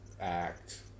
act